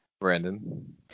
Brandon